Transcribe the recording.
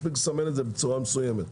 מספיק לסמן את זה בצורה מסוימת.